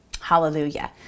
Hallelujah